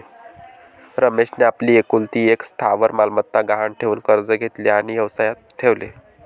रमेशने आपली एकुलती एक स्थावर मालमत्ता गहाण ठेवून कर्ज घेतले आणि व्यवसायात ठेवले